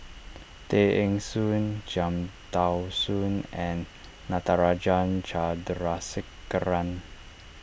Tay Eng Soon Cham Tao Soon and Natarajan Chandrasekaran